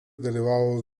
dalyvavo